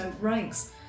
ranks